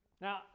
Now